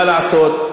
מה לעשות?